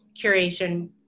curation